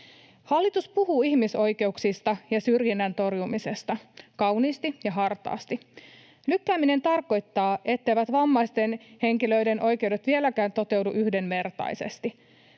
Hallitus puhuu ihmisoikeuksista ja syrjinnän torjumisesta kauniisti ja hartaasti. Lykkääminen tarkoittaa, etteivät vammaisten henkilöiden oikeudet vieläkään toteudu yhdenvertaisesti.